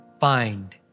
find